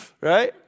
right